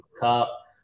Cup